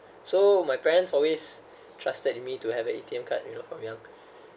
so my parents always trusted me to have an A_T_M card you know from young